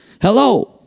Hello